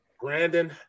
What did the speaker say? Brandon